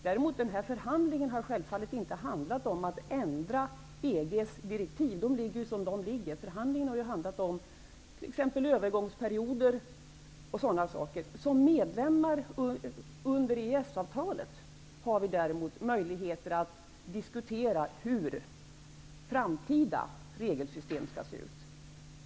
Däremot har inte själva förhandlingen handlat om att ändra EG:s direktiv, för de är som de är. Förhandlingen har gällt sådant som bl.a. övergångsperioder. Som samarbetspartner under EES-avtalet har vi däremot möjlighet att diskutera hur framtida regelsystem skall se ut.